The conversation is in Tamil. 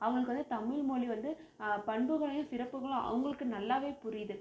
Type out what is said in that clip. அவங்களுக்கு வந்து தமிழ்மொழி வந்து பண்புகளையும் சிறப்புகளும் அவர்களுக்கு நல்லாவே புரியுது